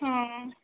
ହଁ